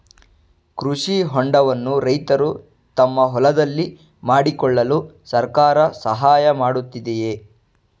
ಕೃಷಿ ಹೊಂಡವನ್ನು ರೈತರು ತಮ್ಮ ಹೊಲದಲ್ಲಿ ಮಾಡಿಕೊಳ್ಳಲು ಸರ್ಕಾರ ಸಹಾಯ ಮಾಡುತ್ತಿದೆಯೇ?